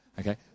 okay